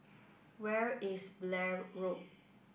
where is Blair Road